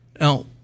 Now